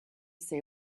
say